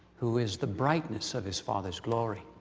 who is the brightness of his father's glory